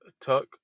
Tuck